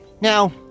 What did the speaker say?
Now